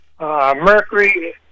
Mercury